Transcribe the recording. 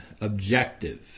objective